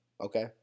okay